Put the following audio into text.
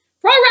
Pro